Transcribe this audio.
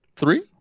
Three